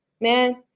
man